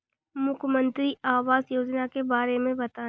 मुख्यमंत्री आवास योजना के बारे में बताए?